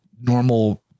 normal